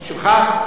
שלך?